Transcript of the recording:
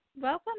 welcome